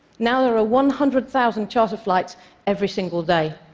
now there are one hundred thousand charter flights every single day.